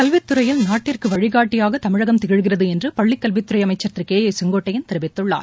கல்வித்துறையில் நாட்டிற்குவழிகாட்டிபாகதமிழகம் திகழ்கிறதுஎன்றுபள்ளிகல்வித்துறைஅமைச்சர் திருகே ஏ செங்கோட்டையன் தெரிவித்துள்ளார்